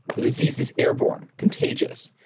the disease is airborne, contagious,